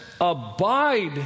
Abide